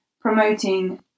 promoting